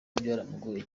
byaramugoye